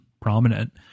prominent